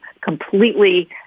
completely